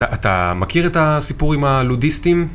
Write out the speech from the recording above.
אתה מכיר את הסיפור עם הלודיסטים?